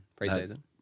preseason